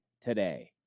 today